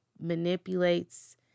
manipulates